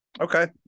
Okay